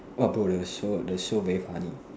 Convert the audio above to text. orh bro the show the show very funny